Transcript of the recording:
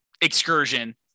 excursion